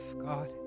God